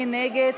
מי נגד?